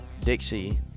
Dixie